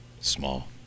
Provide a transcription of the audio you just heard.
Small